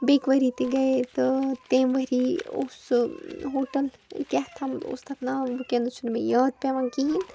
بیٚکہِ وٲری تہِٕ گَیے تہٕ تمہِ وٲری اوس سُہ ہوٹل کہتامَتھ اوس تَتھ ناو وٕنکٮ۪نس چھُنہٕ مےٚ یاد پٮ۪وان کِہیٖںۍ